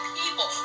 people